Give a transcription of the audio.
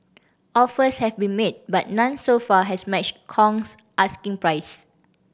offers have been made but none so far has matched Kong's asking price